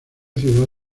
ciudad